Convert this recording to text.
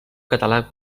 català